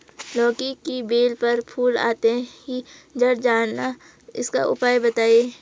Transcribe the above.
लौकी की बेल पर फूल आते ही झड़ जाना इसका उपाय बताएं?